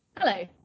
Hello